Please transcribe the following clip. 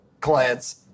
clients